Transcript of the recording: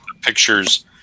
pictures